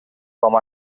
com